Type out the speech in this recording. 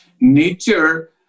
Nature